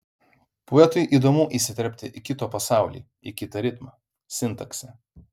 poetui įdomu įsiterpti į kito pasaulį į kitą ritmą sintaksę